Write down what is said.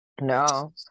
No